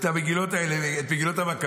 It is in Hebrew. את מגילות המקבים.